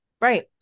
Right